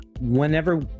whenever